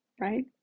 right